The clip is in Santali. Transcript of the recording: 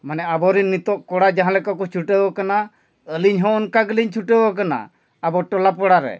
ᱢᱟᱱᱮ ᱟᱵᱚᱨᱮᱱ ᱱᱤᱛᱳᱜ ᱠᱚᱲᱟ ᱡᱟᱦᱟᱸ ᱞᱮᱠᱟ ᱠᱚ ᱪᱷᱩᱴᱟᱹᱣ ᱠᱟᱱᱟ ᱟᱹᱞᱤᱧ ᱦᱚᱸ ᱚᱱᱠᱟ ᱜᱤᱞᱤᱧ ᱪᱷᱩᱴᱟᱹᱣ ᱟᱠᱟᱱᱟ ᱟᱵᱚ ᱴᱚᱞᱟ ᱯᱟᱲᱟᱨᱮ